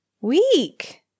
week